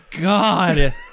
god